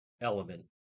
element